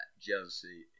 jealousy